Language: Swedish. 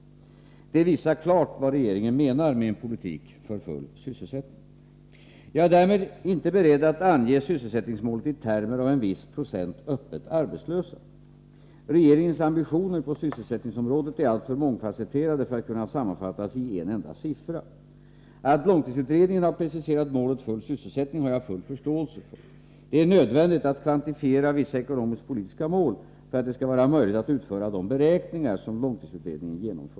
Detta visar klart vad regeringen menar med en politik för full sysselsättning. Jag är därmed inte beredd att ange sysselsättningsmålet i termer av en viss procent öppet arbetslösa. Regeringens ambitioner på sysselsättningsområdet är alltför mångfasetterade för att kunna sammanfattas i en enda siffra. Att långtidsutredningen har preciserat målet full sysselsättning har jag full förståelse för. Det är nödvändigt att kvantifiera vissa ekonomisk-politiska mål för att det skall vara möjligt att utföra de beräkningar som långtidsutredningen genomför.